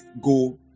go